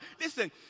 Listen